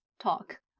talk